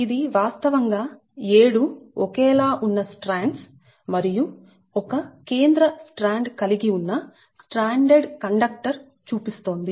ఇది వాస్తవంగా 7 ఒకేలా ఉన్న స్ట్రాండ్స్ మరియు ఒక కేంద్ర స్ట్రాండ్ కలిగి ఉన్న స్ట్రాండెడ్ కండక్టర్ చూపిస్తోంది